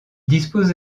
dispose